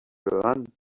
learn